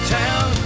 town